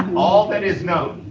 um all that is known